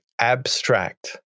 abstract